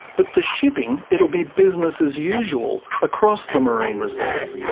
but for shipping it'll be business as usual across the marine reserve.